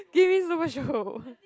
give me so much hope